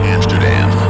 Amsterdam